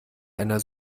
einer